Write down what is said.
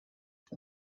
pwy